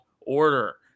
Order